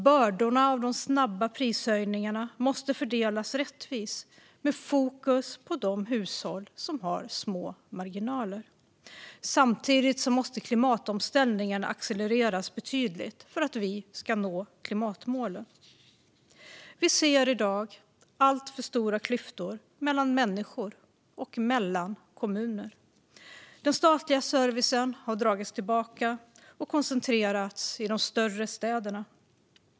Bördorna av de snabba prishöjningarna måste fördelas rättvist med fokus på de hushåll som har små marginaler. Samtidigt måste klimatomställningen accelereras betydligt för att vi ska nå klimatmålen. Vi ser i dag alltför stora klyftor mellan människor och mellan kommuner. Den statliga servicen har dragits tillbaka och koncentrerats i de större städerna.